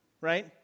Right